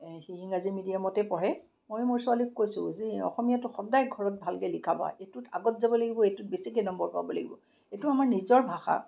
সি ইংৰাজী মিডিয়ামতে পঢ়ে মোৰ ছোৱালীক কৈছোঁ যে অসমীয়াটো ঘৰত সদায় ভালকে লিখাবা এইটোত আগত যাব লাগিব এইটোত বেছিকে নম্বৰ পাব লাগিব এইটো আমাৰ নিজৰ ভাষা